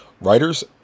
writers